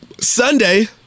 Sunday